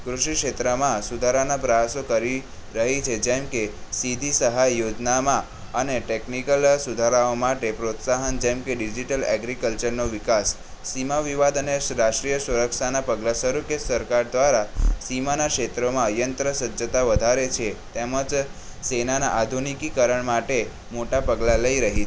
કૃષિ ક્ષેત્રમાં સુધારાના પ્રયાસો કરી રહી છે જેમકે સીધી સહાય યોજનામાં અને ટેકનિકલ સુધારાઓ માટે પ્રોત્સાહન જેમકે ડીજીટલ એગ્રીકલ્ચરનો વિકાસ સીમા વિવાદ અને રાષ્ટ્રીય સુરક્ષાના પગલા સ્વરૂપ કે સરકાર દ્વારા સીમાના ક્ષેત્રોમાં યંત્ર સજ્જતા વધારે છે તેમજ સેનાના આધુનીકીકરણ માટે મોટા પગલાં લઈ રહી